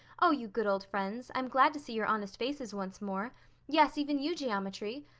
oh, you good old friends, i'm glad to see your honest faces once more yes, even you, geometry.